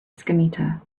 scimitar